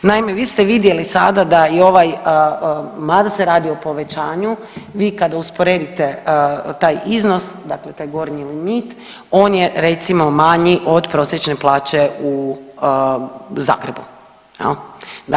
Naime, vi ste vidjeli sada da i ovaj mada se radi o povećanju vi kada usporedite taj iznos, dakle taj gornji limit on je recimo manji od prosječne plaće u Zagrebu jel.